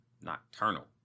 nocturnal